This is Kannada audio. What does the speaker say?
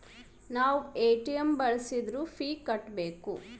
ನಾವ್ ಎ.ಟಿ.ಎಂ ಬಳ್ಸಿದ್ರು ಫೀ ಕಟ್ಬೇಕು